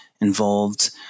involved